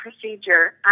procedure